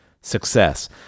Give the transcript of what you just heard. Success